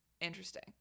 interesting